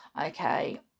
okay